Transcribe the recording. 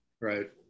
Right